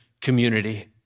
community